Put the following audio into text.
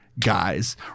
Guys